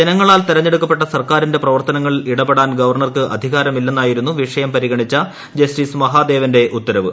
ജനങ്ങളാൽ തെരഞ്ഞെടുക്കപ്പെട്ട സർക്കാരിന്റെ പ്രവർത്തനങ്ങളിൽ ഇടപെടാൻ ഗവർണർക്ക് അധികാരമില്ലെന്നായിരുന്നു വിഷയം പരിഗണിച്ച ജസ്റ്റിസ് മഹാദേവന്റെ ഉത്തരവ്